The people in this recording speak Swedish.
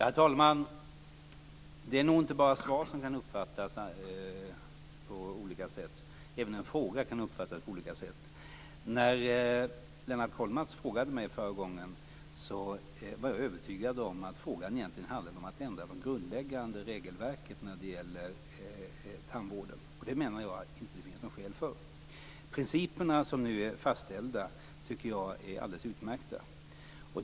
Herr talman! Det är nog inte bara svar som kan uppfattas på olika sätt. Även en fråga kan uppfattas på olika sätt. När Lennart Kollmats förra gången frågade mig var jag övertygad om att frågan egentligen handlade om att ändra det grundläggande regelverket när det gäller tandvården. Det menar jag att det inte finns några skäl för. De principer som nu är fastställda tycker jag är alldeles utmärkta.